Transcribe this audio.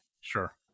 Sure